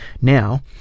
Now